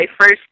first